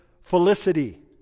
felicity